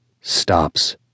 stops